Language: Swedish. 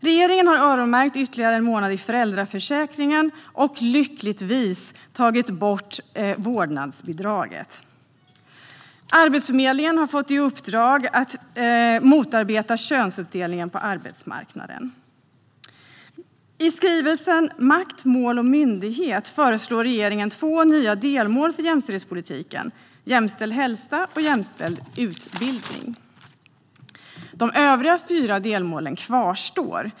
Regeringen har öronmärkt ytterligare en månad i föräldraförsäkringen och - lyckligtvis - tagit bort vårdnadsbidraget. Arbetsförmedlingen har fått i uppdrag att motarbeta könsuppdelningen på arbetsmarknaden. I skrivelsen Makt, mål och myndighet föreslår regeringen två nya delmål för jämställdhetspolitiken: jämställd hälsa och jämställd utbildning. De övriga fyra delmålen kvarstår.